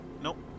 Nope